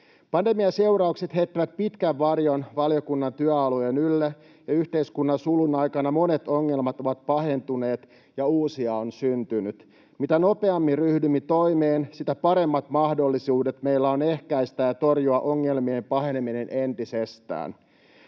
Pandemian seuraukset heittävät pitkän varjon valiokunnan työalueen ylle ja yhteiskunnan sulun aikana monet ongelmat ovat pahentuneet ja uusia on syntynyt. Mitä nopeammin ryhdymme toimeen, sitä paremmat mahdollisuudet meillä on ehkäistä ja torjua ongelmien paheneminen entisestään.